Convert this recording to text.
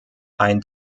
ein